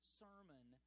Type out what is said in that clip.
sermon